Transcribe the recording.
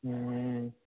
ꯎꯝ